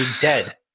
dead